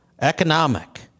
economic